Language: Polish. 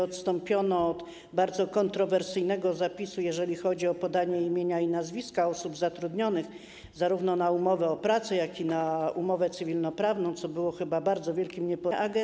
Odstąpiono od bardzo kontrowersyjnego zapisu, jeżeli chodzi o podawanie imion i nazwisk osób zatrudnionych zarówno na umowę o pracę, jak i na umowę cywilnoprawną, co chyba było bardzo wielkim nieporozumieniem.